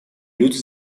люди